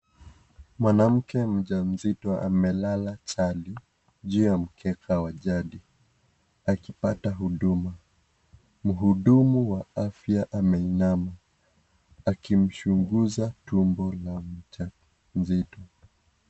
Mwanamke mjamzito amelala chali juu ya mkeka jadi akipata huduma. Muhuduma wa afia ameinama akimchunguza tumbo la mja mzito.